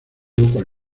con